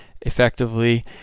effectively